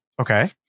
Okay